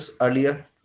earlier